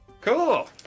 cool